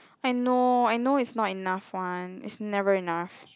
I know I know it's not enough one it's never enough